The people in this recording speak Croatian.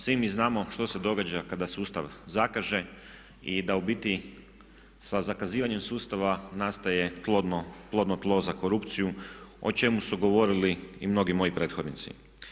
Svi mi znamo što se događa kada sustav zakaže i da u biti sa zakazivanjem sustava nastaje plodno tlo za korupciju o čemu su govorili i mnogi moji prethodnici.